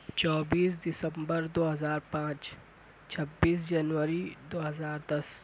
چوبیس دسمبر دو ہزار پانچ چھبیس جنوری دو ہزار دس